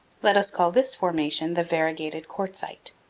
let us call this formation the variegated quartzite.